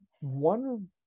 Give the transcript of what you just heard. one